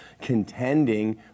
contending